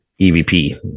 EVP